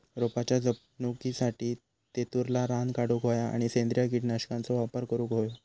रोपाच्या जपणुकीसाठी तेतुरला रान काढूक होया आणि सेंद्रिय कीटकनाशकांचो वापर करुक होयो